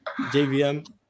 JVM